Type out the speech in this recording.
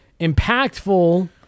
impactful